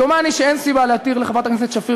דומני שאין סיבה להתיר לחברת הכנסת שפיר